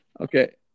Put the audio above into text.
Okay